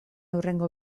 hurrengo